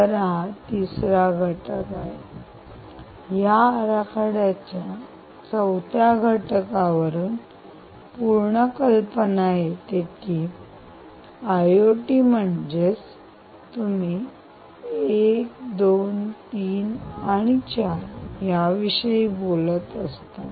तर हा तिसरा घटक आहे या आराखड्याचा चौथ्या घटकावरून पूर्ण कल्पना येते की आयओटी म्हणजे तुम्ही 1 2 3 आणि 4 याविषयी बोलत असतात